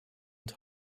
und